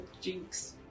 Jinx